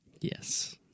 Yes